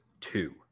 two